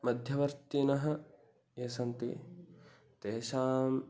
मध्यवर्तिनः ये सन्ति तेषाम्